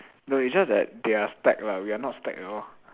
no it's just that they are stacked lah we are not stacked at all